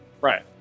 Right